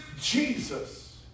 Jesus